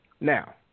Now